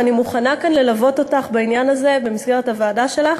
ואני מוכנה ללוות אותך בעניין הזה במסגרת הוועדה שלך,